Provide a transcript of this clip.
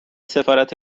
سفارت